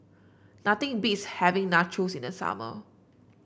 nothing beats having Nachos in the summer